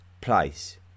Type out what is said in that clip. place